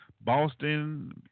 boston